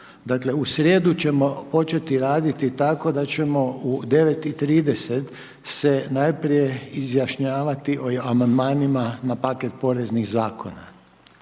Dakle u srijedu ćemo početi raditi tako da ćemo u 9 i 30 se najprije se izjašnjavati o amandmanima na paket poreznih zakona.